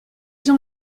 gens